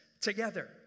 together